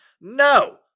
No